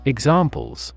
Examples